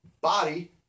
body